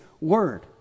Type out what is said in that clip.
word